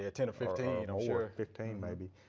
ah ten or fifteen. you know so or fifteen maybe.